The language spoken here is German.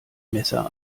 messer